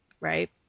right